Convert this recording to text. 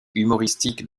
humoristique